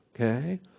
Okay